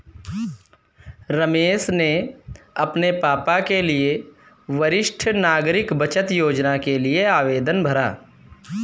रमेश ने अपने पापा के लिए वरिष्ठ नागरिक बचत योजना के लिए आवेदन भरा